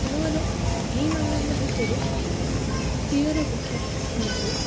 ମୋର ଏହି ମାନଙ୍କ ଭିତରୁ ପ୍ରିୟର ପକ୍ଷୀ ହେଉଛି